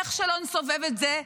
איך שלא נסובב את זה,